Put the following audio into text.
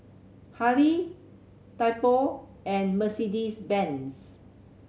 Hurley Typo and Mercedes Benz